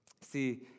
See